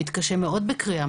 הוא היה מתקשה מאוד בקריאה,